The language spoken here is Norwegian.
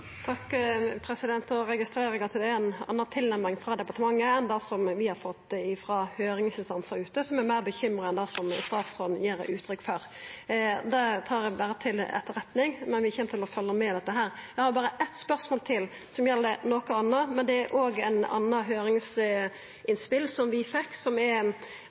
registrerer eg at det er ei anna tilnærming frå departementet enn det vi har fått frå høyringsinstansane ute, som er meir bekymra enn det statsråden gjev uttrykk for. Dette tar eg berre til etterretning. Men vi kjem til å følgja med på dette. Eg har berre eitt spørsmål til, som gjeld noko anna. Det er eit anna høyringsinnspel som vi fekk som òg er